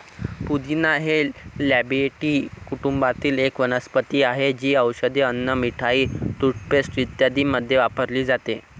पुदिना हे लॅबिएटी कुटुंबातील एक वनस्पती आहे, जी औषधे, अन्न, मिठाई, टूथपेस्ट इत्यादींमध्ये वापरली जाते